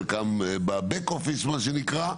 חלקם ב-back office מה שנקרא,